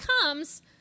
comes